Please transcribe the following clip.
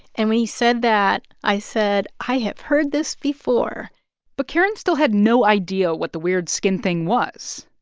and when he said that, i said, i have heard this before but karen still had no idea what the weird skin thing was.